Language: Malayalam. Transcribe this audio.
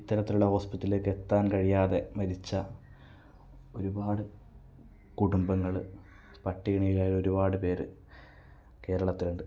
ഇത്തരത്തിലുള്ള ഹോസ്പിറ്റലിലേക്ക് എത്താൻ കഴിയാതെ മരിച്ച ഒരുപാട് കുടുംബങ്ങള് പട്ടിണിയിലായ ഒരുപാട് പേര് കേരളത്തിലുണ്ട്